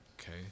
Okay